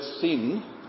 sin